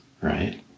right